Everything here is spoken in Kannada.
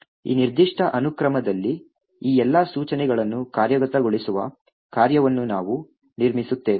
ಈ ನಿರ್ದಿಷ್ಟ ಅನುಕ್ರಮದಲ್ಲಿ ಈ ಎಲ್ಲಾ ಸೂಚನೆಗಳನ್ನು ಕಾರ್ಯಗತಗೊಳಿಸುವ ಕಾರ್ಯವನ್ನು ನಾವು ನಿರ್ಮಿಸುತ್ತೇವೆ